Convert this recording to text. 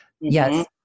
Yes